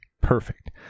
Perfect